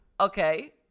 Okay